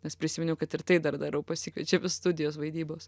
nes prisiminiau kad ir tai dar darau pasikviečia į studijos vaidybos